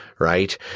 Right